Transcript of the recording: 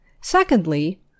Secondly